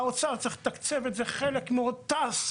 האוצר צריך לתקצב חלק מזה,